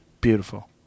Beautiful